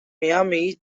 miami